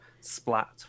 splat